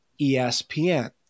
ESPN